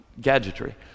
gadgetry